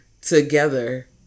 together